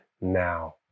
now